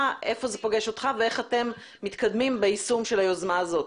איפה זה פוגש אותך ואיך אתם מתקדמים ביישום של היוזמה הזאת.